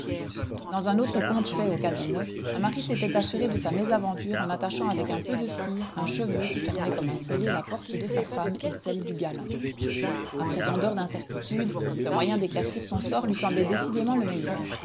dans un autre conte fait au casino un mari s'était assuré de sa mésaventure en attachant avec un peu de cire un cheveu qui fermait comme un scellé la porte de sa femme et celle du galant après tant d'heures d'incertitudes ce moyen d'éclaircir son sort lui semblait décidément le meilleur